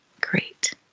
Great